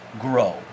grow